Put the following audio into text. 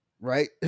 right